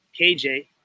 KJ